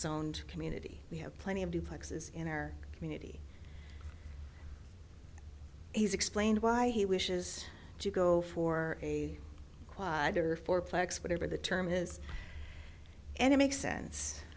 zoned community we have plenty of duplexes in our community he's explained why he wishes to go for a quad or four plex whatever the term is and it makes sense